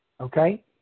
okay